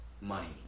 money